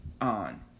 on